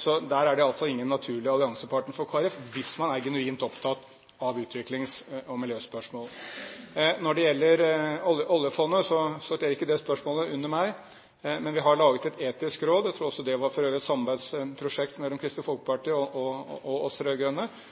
så det er ingen naturlig alliansepartner for Kristelig Folkeparti hvis man er genuint opptatt av utviklings- og miljøspørsmål. Når det gjelder oljefondet, sorterer ikke det spørsmålet under meg, men vi har laget et etisk råd i oljefondet – jeg tror for øvrig også det var et samarbeidsprosjekt mellom Kristelig Folkeparti og oss